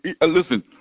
Listen